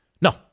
No